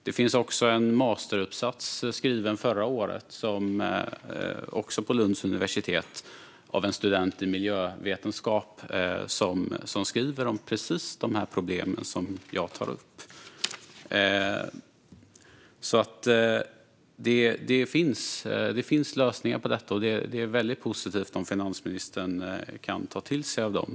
Det finns också en masteruppsats skriven förra året av en student i miljövetenskap, också på Lunds universitet, om precis de problem som jag tar upp. Det finns alltså lösningar på detta, och det är väldigt positivt om finansministern kan ta till sig av dem.